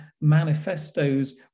manifestos